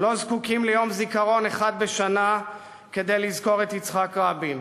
לא זקוקים ליום זיכרון אחד בשנה כדי לזכור את יצחק רבין.